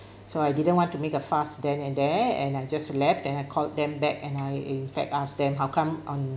so I didn't want to make a fuss then and there and I just left and called them back and I in fact ask them how come on